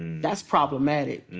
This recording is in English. that's problematic.